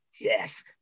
yes